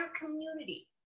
community